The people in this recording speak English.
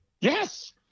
Yes